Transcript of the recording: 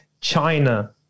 China